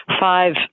five